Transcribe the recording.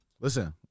Listen